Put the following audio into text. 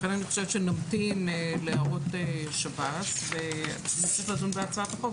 לכן אני חושבת שנמתין להערות שירות בתי הסוהר ונמשיך לדן בהצעת החוק,